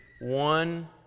One